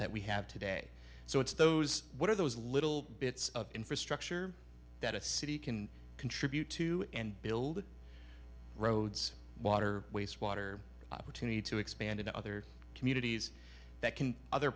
that we have today so it's those what are those little bits of infrastructure that a city can contribute to and build roads water waste water opportunity to expand into other communities that can other